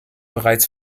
bereits